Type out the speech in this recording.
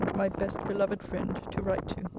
my best beloved friend, to write to.